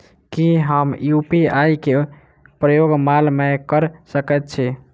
की हम यु.पी.आई केँ प्रयोग माल मै कऽ सकैत छी?